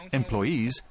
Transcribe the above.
employees